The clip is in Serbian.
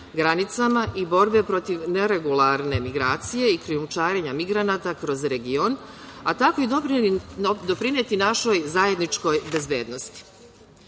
granicama i borbe protiv neregularne migracije i krijumčarenja migranata kroz region, a tako i doprineti našoj zajedničkoj bezbednosti. Oficiri